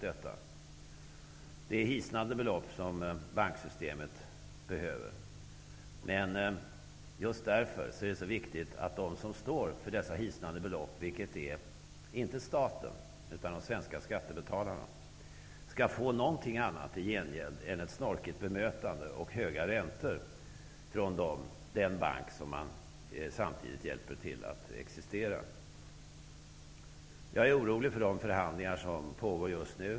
Det är hissnande belopp som banksystemet behöver, men just därför är det så viktigt att de som står för dessa hissnande belopp -- vilket inte är staten utan de svenska skattebetalarna -- får någonting annat i gengäld än ett snorkigt bemötande och höga räntor från den bank som de samtidigt hjälper att existera. Jag är orolig för de förhandlingar som just nu pågår.